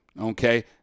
okay